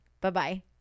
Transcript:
Bye-bye